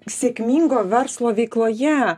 sėkmingo verslo veikloje